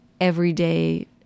everyday